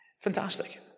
Fantastic